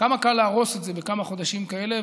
כמה קל להרוס את זה בכמה חודשים כאלה.